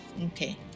Okay